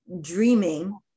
dreaming